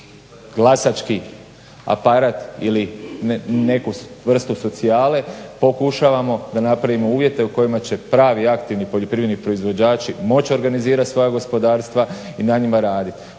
glasački aparat ili neku vrstu socijale, pokušavamo da napravimo uvjete u kojima će pravi aktivni poljoprivredni proizvođači moć organizirat svoja gospodarstva i na njima radit.